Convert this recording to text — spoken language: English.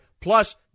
Plus